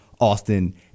Austin